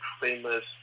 famous